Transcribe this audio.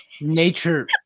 nature